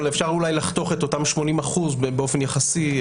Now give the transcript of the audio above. אבל אפשר אולי לחתוך את אותם 80% באופן יחסי.